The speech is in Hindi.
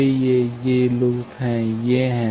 ये ये ये लूप ये हैं